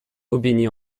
aubigny